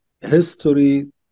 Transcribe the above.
history